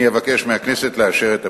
אני אבקש מהכנסת לאשר את הפיצול.